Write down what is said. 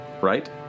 Right